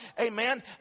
Amen